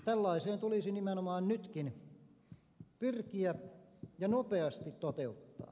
tällaiseen tulisi nimenomaan nytkin pyrkiä ja nopeasti toteuttaa